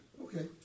Okay